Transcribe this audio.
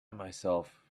myself